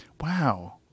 Wow